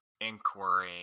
inquiry